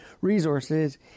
Resources